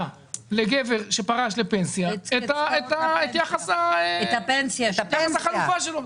לגבר שפרש לפנסיה את יחס החלופה שלו?